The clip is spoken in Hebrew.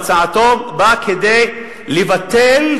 הצעתו באה כדי לבטל,